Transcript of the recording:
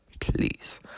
Please